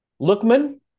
Lookman